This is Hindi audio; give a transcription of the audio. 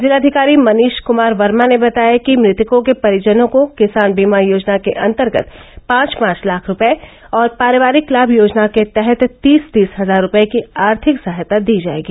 जिलाधिकारी मनीश क्मार वर्मा ने बताया कि मृतकों के परिजनों को किसान बीमा योजना के अंतर्गत पांच पांच लाख रूपए और पारिवारिक लाभ योजना के तहत तीस तीस हजार रूपए की आर्थिक सहायता दी जाएगी